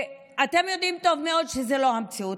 אתם יודעים טוב מאוד שזו לא המציאות.